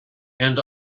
and